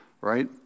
right